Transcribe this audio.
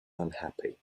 unhappy